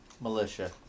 militia